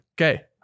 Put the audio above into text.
Okay